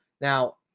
Now